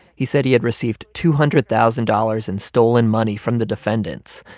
he said he had received two hundred thousand dollars in stolen money from the defendants,